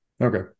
okay